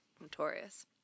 Notorious